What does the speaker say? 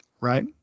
Right